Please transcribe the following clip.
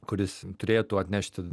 kuris turėtų atnešti